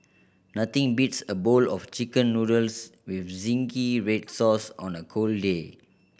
nothing beats a bowl of Chicken Noodles with zingy red sauce on a cold day